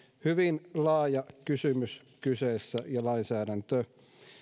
hyvin laaja kysymys ja lainsäädäntö